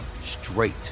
straight